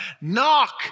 knock